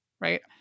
right